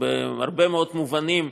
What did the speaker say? בהרבה מאוד מובנים,